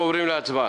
אנחנו עוברים להצבעה.